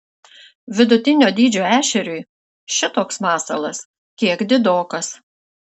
vidutinio dydžio ešeriui šitoks masalas kiek didokas